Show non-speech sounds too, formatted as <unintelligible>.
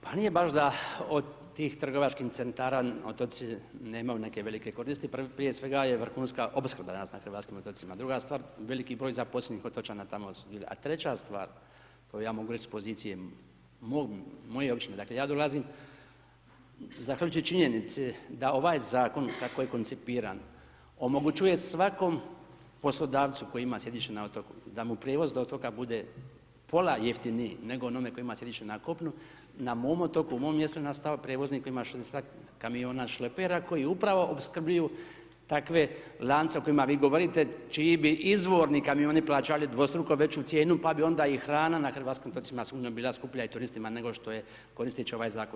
Pa nije baš da od tih trgovačkih centara, otoci nemaju neke velike koristi, prije svega je vrhunska opskrba danas na hrvatskim otocima, druga stvar veliki broj zaposlenih otočana tamo sudjeluje, a treća stvar koju ja mogu reći sa pozicije mog, moje Općine, dakle, ja dolazim, zahvaljujući činjenici da ovaj Zakon kako je koncipiran, omogućuje svakom poslodavcu koji ima sjedište na otoku, da mu prijevoz do otoka bude pola jeftiniji, nego onome koji ima sjedišta na kopnu, na mom otoku, u mom mjestu, ... <unintelligible> kamiona, šlepera, koji upravo opskrbljuju takve lance o kojima vi govorite, čiji bi izvorni kamioni plaćali dvostruko veću cijenu, pa bi onda i hrana na hrvatskim otocima sigurno bila skuplja i turistima, nego što je koristeći ovaj Zakon.